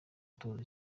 atoza